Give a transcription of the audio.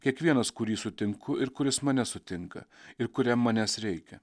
kiekvienas kurį sutinku ir kuris mane sutinka ir kuriam manęs reikia